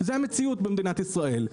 זו המציאות במדינת ישראל.